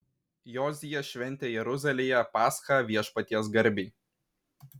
jozijas šventė jeruzalėje paschą viešpaties garbei